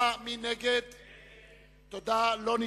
לא נתקבלה.